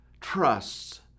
trusts